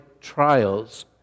trials